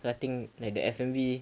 so I think like the F_M_V